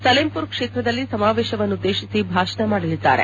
ಸಲೇಂಪುರ್ ಕ್ಷೇತ್ರದಲ್ಲಿ ಸಮಾವೇಶವನ್ನುದ್ದೇತಿಸಿ ಭಾಷಣ ಮಾಡಲಿದ್ದಾರೆ